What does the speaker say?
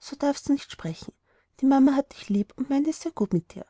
so darfst du nicht sprechen die mama hat dich lieb und meint es sehr gut mit dir